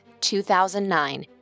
2009